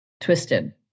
twisted